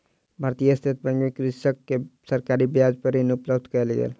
भारतीय state bank मे कृषक के सरकारी ब्याज पर ऋण उपलब्ध कयल गेल